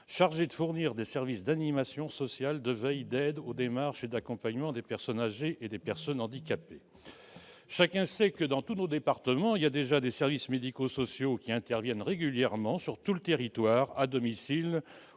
chargée de fournir des services d'animation sociale, de veille, d'aide aux démarches et d'accompagnement des personnes âgées et des personnes handicapées. Chacun le sait, dans tous nos départements, des services médico-sociaux interviennent déjà régulièrement sur tout le territoire à domicile